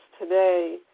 today